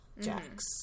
Jacks